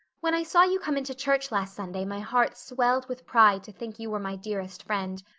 when i saw you come into church last sunday my heart swelled with pride to think you were my dearest friend.